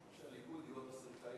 או שהליכוד יהיו התסריטאים.